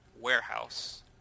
warehouse